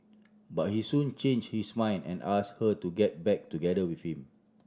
but he soon change his mind and ask her to get back together with him